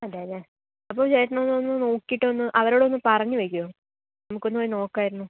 അതെയല്ലേ അപ്പോൾ ചേട്ടനൊന്നൊന്നു നോക്കീട്ടൊന്നു അവരോടൊന്നു പറഞ്ഞു വെക്കുമോ നമുക്കൊന്ന് പോയി നോക്കാമായിരുന്നു